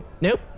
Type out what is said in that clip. Nope